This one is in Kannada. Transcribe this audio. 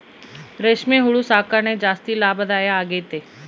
ರೇಷ್ಮೆ ಹುಳು ಸಾಕಣೆ ಜಾಸ್ತಿ ಲಾಭದಾಯ ಆಗೈತೆ